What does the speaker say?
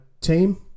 team